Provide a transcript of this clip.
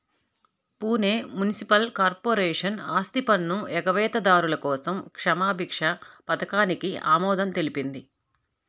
Pune municipal corporation ఆస్తిపన్ను ఎగవేతదారుల కోసం క్షమాభిక్ష పథకానికి ఆమోదం తెలిపింది